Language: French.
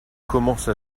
commence